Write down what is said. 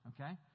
okay